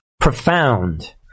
profound